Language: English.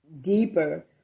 deeper